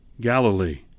Galilee